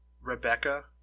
Rebecca